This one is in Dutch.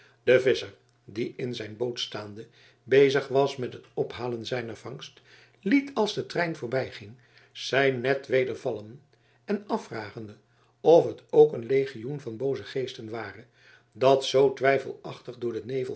de visscher die in zijn boot staande bezig was met het ophalen zijner vangst liet als de trein voorbijging zijn net weder vallen en afvragende of het ook een legioen van booze geesten ware dat zoo twijfelachtig door den nevel